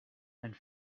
and